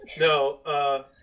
No